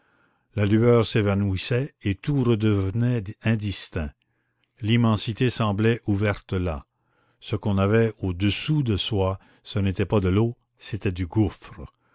la lueur s'évanouissait et tout redevenait indistinct l'immensité semblait ouverte là ce qu'on avait au-dessous de soi ce n'était pas de l'eau c'était du gouffre